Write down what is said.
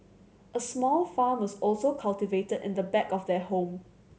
a small farm was also cultivated in the back of their home